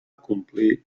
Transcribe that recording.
complir